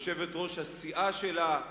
יושבת-ראש הסיעה שלה,